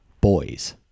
boys